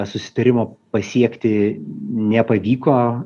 susitarimo pasiekti nepavyko